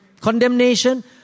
condemnation